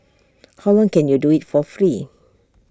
how long can you do IT for free